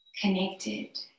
connected